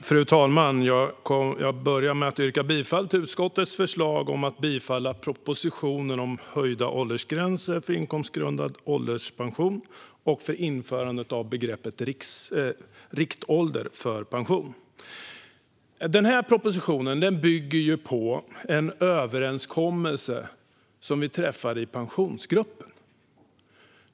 Fru talman! Jag vill börja med att yrka bifall till utskottets förslag om att bifalla propositionen om höjda åldersgränser för inkomstgrundad ålderspension och införande av begreppet riktålder för pension. Den här propositionen bygger på en överenskommelse som vi träffade i Pensionsgruppen.